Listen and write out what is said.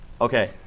Okay